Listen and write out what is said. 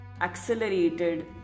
accelerated